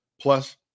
plus